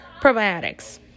probiotics